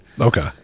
Okay